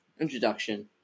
Introduction